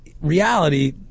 reality